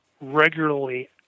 regularly